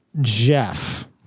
Jeff